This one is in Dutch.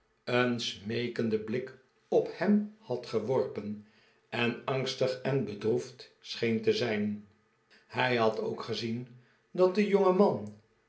een blik op hem had geworpen en angstig en bedroefd scheen te zijn hij had ook gezien dat de jongeman